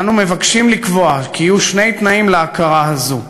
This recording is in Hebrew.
אנו מבקשים לקבוע כי יהיו שני תנאים להכרה הזאת: